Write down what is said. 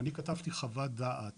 אני כתבתי חוות דעת